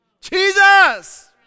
Jesus